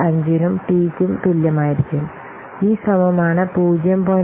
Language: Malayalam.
75 നും ടി യ്ക്കും തുല്യമായിരിക്കും ഈ ശ്രമമാണ് 0